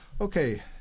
Okay